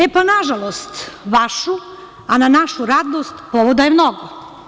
E, pa, na žalost vašu, a na našu radost, povoda je mnogo.